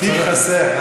כתיב חסר.